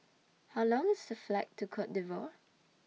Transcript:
How Long IS The Flight to Cote D'Ivoire